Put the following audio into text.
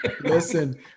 listen